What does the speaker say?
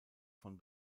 von